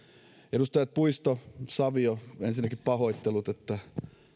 edustajat puisto savio ensinnäkin pahoittelut että